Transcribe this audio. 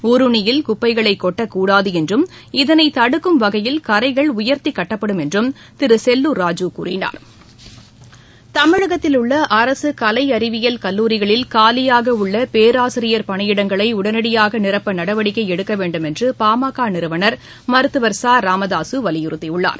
ஊருணியில் குப்பைகளை கொட்டக்கூடாது என்றும் இதனை தடுக்கும் வகையில் கரைகள் உயர்த்திக் கட்டப்படும் என்றும் திரு செல்லுார் ராஜூ கூறினார் தமிழகத்தில் உள்ள அரசு கலை அறிவியல் கல்லூரிகளில் காலியாக உள்ள பேராசிரியர் பணியிடங்களை உடனடியாக நிரப்ப நடவடிக்கை எடுக்க வேண்டும் என்று பாமக நிறுவனர் மருத்துவர் ச ராமகாசு வலியுறுத்தியுள்ளார்